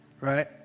right